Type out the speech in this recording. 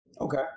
Okay